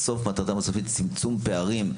בסוף מטרתם הסופית היא צמצום פערים,